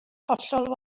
hollol